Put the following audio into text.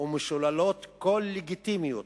ומשוללות כל לגיטימיות